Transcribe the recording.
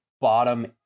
bottom